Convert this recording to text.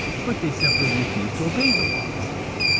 but they simply refused to obey the laws.